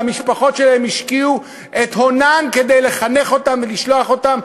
והמשפחות שלהם השקיעו את הונן כדי לחנך אותם ולשלוח אותם,